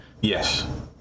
Yes